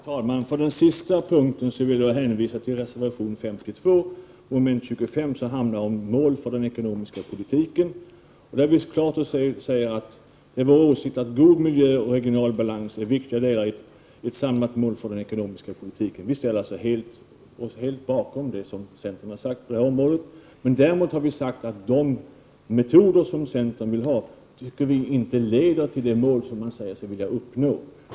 Herr talman! På den sista punkten vill jag hänvisa till reservation 52, som gäller moment 25 i utskottets hemställan. Där säger vi klart att det är vår åsikt att god miljö och regional balans är viktiga delar i ett samlat mål för den ekonomiska politiken. Vi ställer oss alltså helt bakom det som centern har sagt på det området. Däremot har vi sagt att vi tycker att de metoder som centern vill ha inte leder till det mål som man säger sig vilja uppnå.